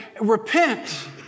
repent